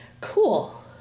cool